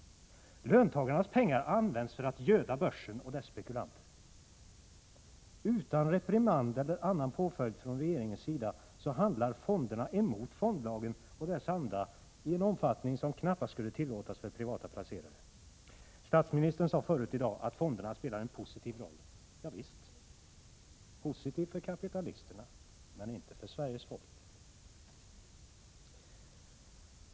Löntagarnas pengar används för att göda börsen och dess spekulanter. Utan reprimand eller annan påföljd från regeringens sida handlar fonderna emot fondlagen och dess anda i en omfattning som knappast skulle tillåtas för privata placerare. Statsministern sade förut i dag att fonderna spelar en positiv roll. Ja visst, positiv för kapitalisterna men inte för Sveriges folk.